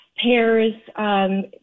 pairs